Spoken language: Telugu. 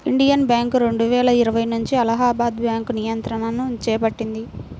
ఇండియన్ బ్యాంక్ రెండువేల ఇరవై నుంచి అలహాబాద్ బ్యాంకు నియంత్రణను చేపట్టింది